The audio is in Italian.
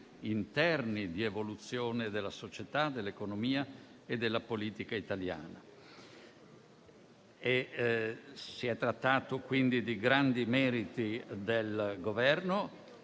interni di evoluzione della società, dell'economia e della politica italiana. Si è trattato quindi di grandi meriti del Governo